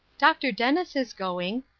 dr. dennis is going,